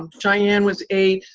um sheyann was eight.